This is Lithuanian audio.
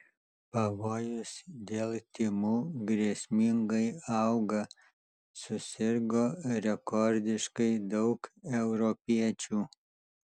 pavojus dėl tymų grėsmingai auga susirgo rekordiškai daug europiečių